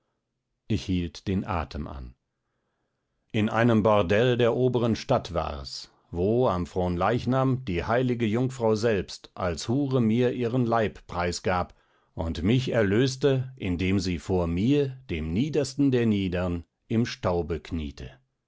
ich hielt den atem an in einem bordell der oberen stadt war es wo am fronleichnam die heilige jungfrau selbst als hure mir ihren leib preisgab und mich erlöste indem sie vor mir dem niedersten der niederen im staube kniete